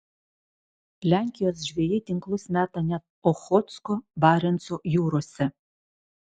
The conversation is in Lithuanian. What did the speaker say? lenkijos žvejai tinklus meta net ochotsko barenco jūrose